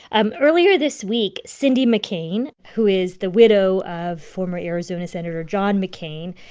and earlier this week, cindy mccain, who is the widow of former arizona senator john mccain,